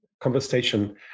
conversation